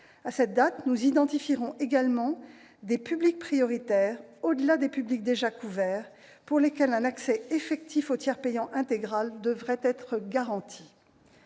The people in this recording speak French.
À cette date, nous identifierons également des publics prioritaires, au-delà des publics déjà couverts, pour lesquels un accès effectif au tiers payant intégral devrait être garanti.